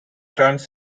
turns